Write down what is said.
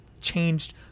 changed